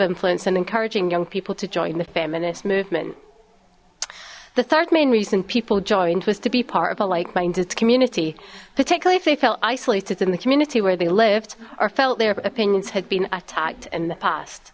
influence and encouraging young people to join the feminist movement the third main reason people joined was to be part of a like minded community particularly if they felt isolated in the community where they lived or felt their opinions had been attacked in the past